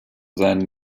seinen